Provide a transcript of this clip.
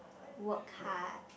work hard